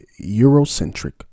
Eurocentric